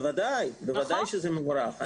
בוודאי שזה מבורך.